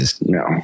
no